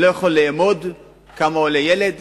אני לא יכול לאמוד כמה עולה ילד